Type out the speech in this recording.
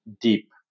deep